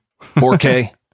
4K